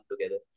together